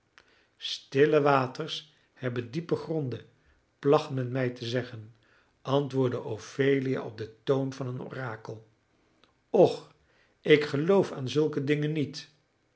stille waters hebben diepe gronden placht men mij te zeggen antwoordde ophelia op den toon van een orakel och ik geloof aan zulke dingen niet